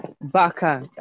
Baka